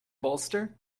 bolster